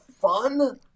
fun